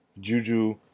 Juju –